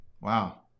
wow